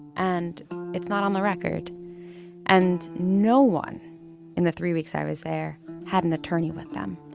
and it's not on the record and no one in the three weeks i was there had an attorney with them.